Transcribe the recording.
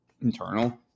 internal